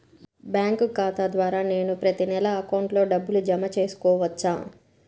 Bank ఖాతా ద్వారా నేను ప్రతి నెల అకౌంట్లో డబ్బులు జమ చేసుకోవచ్చా?